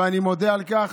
ואני מודה על כך,